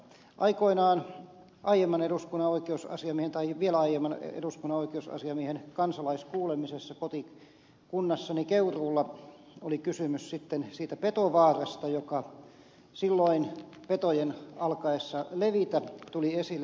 aikoinaan aiemman eduskunnan oikeusasiamiehen tai vielä aiemman eduskunnan oikeusasiamiehen kansalaiskuulemisessa kotikunnassani keuruulla oli kysymys sitten siitä petovaarasta joka silloin petojen alkaessa levitä tuli esille